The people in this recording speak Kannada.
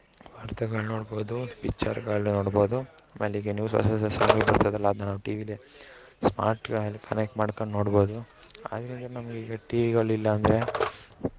ವಾರ್ತೆಗಳು ನೋಡ್ಬೋದು ಪಿಚ್ಚರ್ಗಳು ನೋಡ್ಬೋದು ಬೆಳಗ್ಗೆ ನ್ಯೂಸ್ ಹೊಸ ಹೊಸ ಸಾಂಗಳು ಬರ್ತದಲ್ಲ ಅದನ್ನ ನಾವು ಟಿವಿಲಿ ಸ್ಮಾರ್ಟ್ ಟ್ರಯಲ್ ಕನೆಕ್ಟ್ ಮಾಡ್ಕೊಂಡು ನೋಡ್ಬೋದು ಅದರಿಂದ ನಮಗೀಗ ಟಿವಿಗಳು ಇಲ್ಲ ಅಂದ್ರೆ